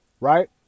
right